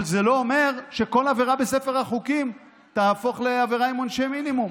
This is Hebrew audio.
אבל זה לא אומר שכל עבירה בספר החוקים תהפוך לעבירה עם עונשי מינימום,